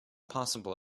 possible